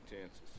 chances